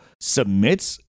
submits